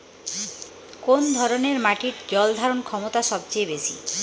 কোন ধরণের মাটির জল ধারণ ক্ষমতা সবচেয়ে বেশি?